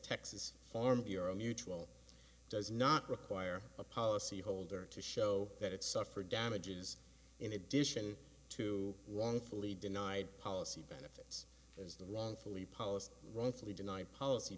texas farm bureau mutual does not require a policyholder to show that it suffered damages in addition to one fully denied policy benefits as the wrongfully policy wrongfully deny policy